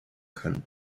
können